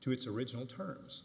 to its original terms